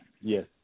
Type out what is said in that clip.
yes